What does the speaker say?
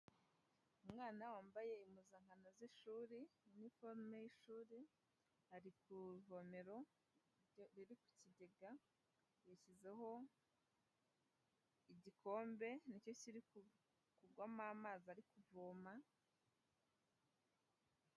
Umwana wambaye impuzankano z'ishuri, iniforume y'ishuri ari ku ivomero riri ku kigega yashyizeho igikombe ni cyo kiri kugwamo amazi ari kuvoma...